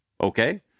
Okay